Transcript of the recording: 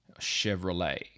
Chevrolet